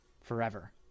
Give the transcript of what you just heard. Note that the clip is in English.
forever